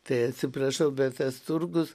tai atsiprašau bet tas turgus